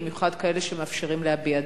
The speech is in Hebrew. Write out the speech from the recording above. במיוחד כאלה שמאפשרים להביע דעה?